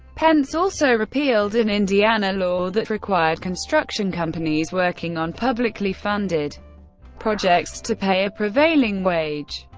pence also repealed an indiana law that required construction companies working on publicly funded projects to pay a prevailing wage.